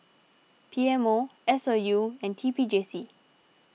P M O S O U and T P J C